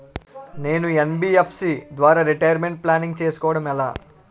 నేను యన్.బి.ఎఫ్.సి ద్వారా retirement planning చేసుకోవడం ఎలా?